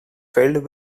filled